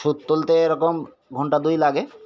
সুধ তুলতে এরকম ঘণ্টা দুই লাগে